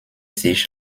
sich